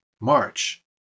March